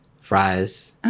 fries